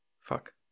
fuck